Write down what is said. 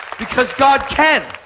because god can.